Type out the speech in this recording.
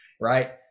right